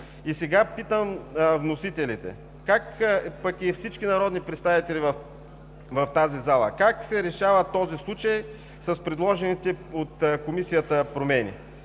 Питам вносителите, пък и всички народни представители в залата: как се решава този случай с предложените от Комисията промени?